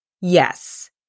Yes